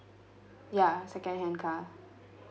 ya second hand car